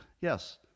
Yes